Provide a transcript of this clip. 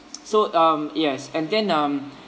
so um yes and then um